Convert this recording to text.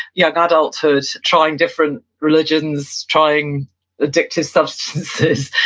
young adult who was trying different religions, trying addictive substances,